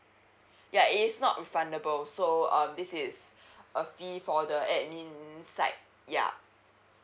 ya it is not refundable so um this is a fee for the A_D_M_I_N side ya